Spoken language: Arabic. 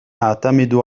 أعتمد